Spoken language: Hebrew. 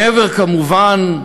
כמובן,